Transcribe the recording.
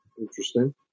Interesting